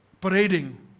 parading